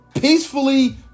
peacefully